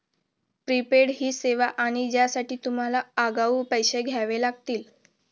prepaid ही सेवा आहे ज्यासाठी तुम्हाला आगाऊ पैसे द्यावे लागतील